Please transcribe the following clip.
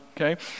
okay